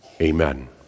Amen